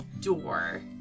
door